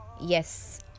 yes